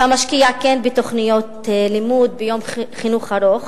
אתה משקיע, כן בתוכניות לימוד, ביום חינוך ארוך.